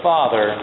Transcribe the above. Father